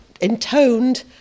intoned